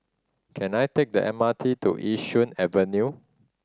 can I take the M R T to Yishun Avenue